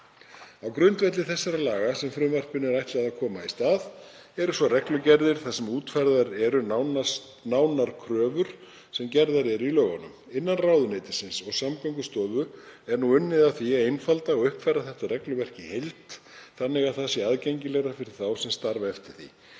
Á grundvelli þessara laga, sem frumvarpinu er ætlað að koma í stað, eru svo reglugerðir þar sem útfærðar eru nánar kröfur sem gerðar eru í lögunum. Innan ráðuneytisins og Samgöngustofu er nú unnið að því að einfalda og uppfæra þetta regluverk í heild þannig að það sé aðgengilegra fyrir þá sem starfa eftir því.